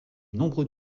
nombreux